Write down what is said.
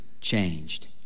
changed